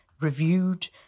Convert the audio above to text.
reviewed